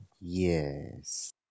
yes